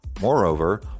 Moreover